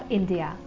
India